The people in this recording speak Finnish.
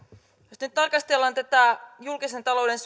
jos nyt tarkastellaan tätä julkisen talouden